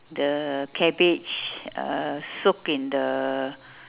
the cabbage uh soak in the